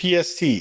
PST